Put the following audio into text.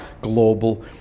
global